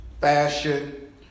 fashion